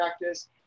practice